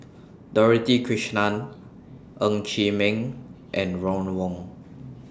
Dorothy Krishnan Ng Chee Meng and Ron Wong